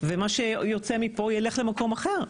ומה שיוצא מפה ילך למקום אחר.